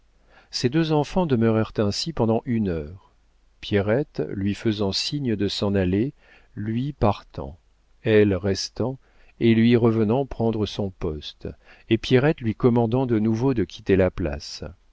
ces deux enfants demeurèrent ainsi pendant une heure pierrette lui faisant signe de s'en aller lui partant elle restant et lui revenant prendre son poste et pierrette lui commandant de nouveau de quitter la place